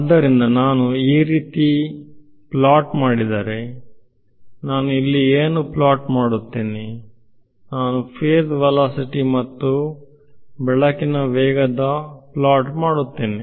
ಆದ್ದರಿಂದ ನಾನು ಈ ರೀತಿ ಪ್ಲೊಟ್ ಮಾಡಿದರೆ ನಾನು ಇಲ್ಲಿ ಏನು ಪ್ಲೊಟ್ ಮಾಡುತ್ತೇನೆನಾನು ಫೇಸ್ ವೆಲಾಸಿಟಿ ಮತ್ತು ಬೆಳಕಿನ ವೇಗದ ಪ್ಲಾಟ್ ಮಾಡುತ್ತೇನೆ